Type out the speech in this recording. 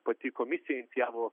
pati komisija inicijavo